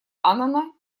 аннана